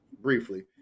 briefly